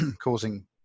causing